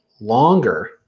longer